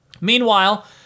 Meanwhile